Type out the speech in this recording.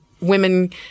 women